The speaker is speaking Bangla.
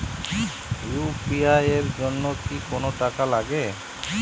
ইউ.পি.আই এর জন্য কি কোনো টাকা লাগে?